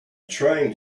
trying